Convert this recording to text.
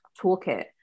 toolkit